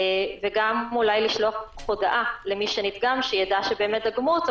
וגם אולי לשלוח הודעה למי שנדגם כדי שיידע שבאמת דגמו אותו,